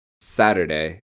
Saturday